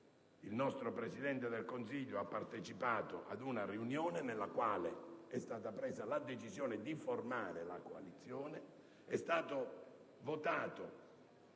il nostro Presidente del Consiglio ha partecipato ad una riunione, nel corso della quale è stata presa la decisione di formare la coalizione;